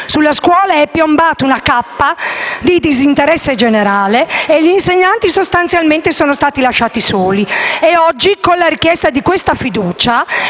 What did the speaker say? Sulla scuola è piombata una cappa di disinteresse generale e gli insegnanti sostanzialmente sono stati lasciati soli. Oggi, con la richiesta di questa fiducia,